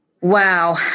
Wow